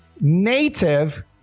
native